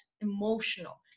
emotional